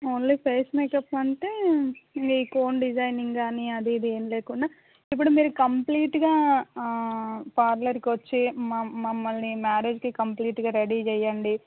only face makeups అంటే మీ cone designing గానీ అదీ ఇదీ ఏం లేకుండా ఇప్పుడు మీరు కంప్లీట్గా పార్లర్కొచ్చి మా మమ్మల్ని మ్యారేజ్కి కంప్లీట్గా రడీ చెయ్యండి